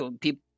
people